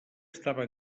estava